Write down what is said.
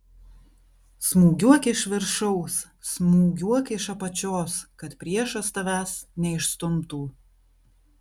smūgiuok iš viršaus smūgiuok iš apačios kad priešas tavęs neišstumtų